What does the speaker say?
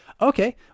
Okay